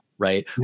right